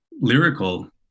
lyrical